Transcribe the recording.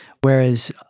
Whereas